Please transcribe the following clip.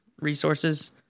resources